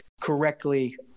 correctly